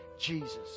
Jesus